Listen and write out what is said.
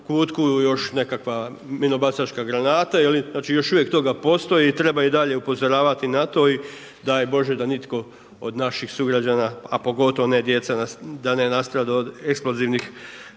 kutku još nekakva minobacačka granata. Znači još uvijek toga postoji i treba i dalje upozoravati na to i daj Bože da nitko od naših sugrađana, a pogotovo ne djeca da ne nastradaju od eksplozivnih